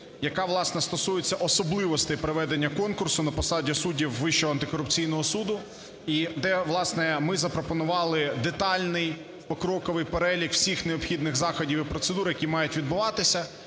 яка, власне, стосується особливостей проведення конкурсу на посаді суддів Вищого антикорупційного суду і де, власне, ми запропонували детальний, покроковий перелік всіх необхідних заходів і процедур, які мають відбуватися,